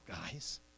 guys